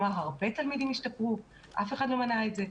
הרבה תלמידים השתפרו ואף אחד לא מנע את זה.